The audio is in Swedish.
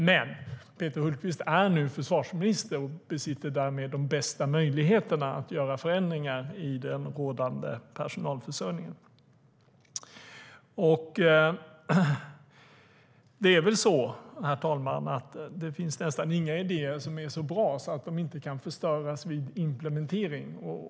Men Peter Hultqvist är nu försvarsminister och besitter därmed de bästa möjligheterna att göra förändringar i den rådande personalförsörjningen. Det är väl så, herr talman, att det nästan inte finns några idéer som är så bra att de inte kan förstöras vid implementering.